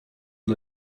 dla